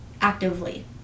actively